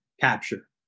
capture